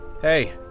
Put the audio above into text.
Hey